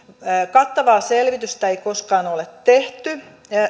kattavaa selvitystä ei koskaan ole tehty